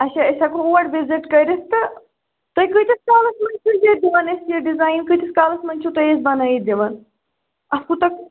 اَچھا أسۍ ہیٚکو اور وِزِٹ کٔرِتھ تہٕ تُہۍ کٍتِس کالَس منٛز چھِو یہِ دِوان یہِ اَسہِ ڈِزایِن کٍتِس کالَس منٛز چھِو تُہۍ اَسہِ بَنٲوِتھ دِوان اَتھ کوٗتاہ